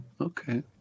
Okay